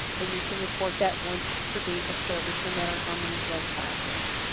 and you can report that once per date of service no matter how many drug classes.